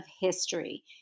history